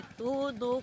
tudo